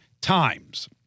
times